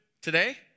today